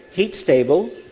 heat stable,